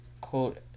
quote